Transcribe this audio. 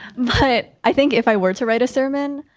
but i think if i were to write a sermon,